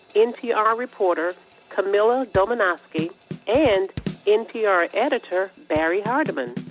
npr reporter camila domonoske and npr editor barrie hardymon.